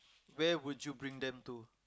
where would you bring them to